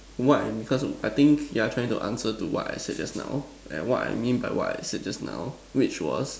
what I mean cause I think you're trying to answer to what I said just now and what I mean by what I said just now which was